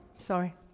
sorry